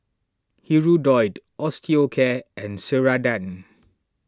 Hirudoid Osteocare and Ceradan